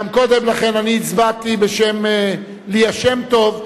גם קודם לכן אני הצבעתי בשם ליה שמטוב,